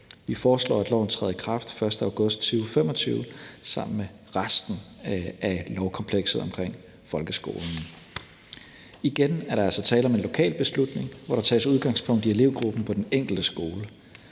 Vi foreslår, at loven træder i kraft den 1. august 2025 sammen med resten af lovkomplekset omkring folkeskolen. Der er altså igen tale om en lokal beslutning, hvor der tages udgangspunkt i elevgruppen på den enkelte skole.